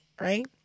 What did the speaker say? right